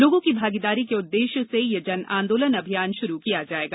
लोगों की भागीदारी के उद्देश्य से यह जन आंदोलन अभियान शुरू किया जाएगा